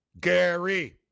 Gary